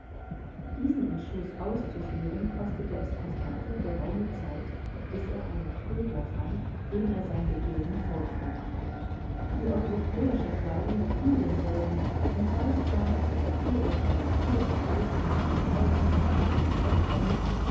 diesen entschluß auszuführen kostete es passepartout geraume zeit bis er einen trödler fand dem er sein begehren vortrug die europäische kleidung gefiel demselben und bald kam passepartout aus seiner bude heraus in einen alten japanesischen rock vermummt